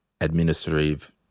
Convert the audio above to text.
Administrative